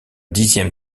dixième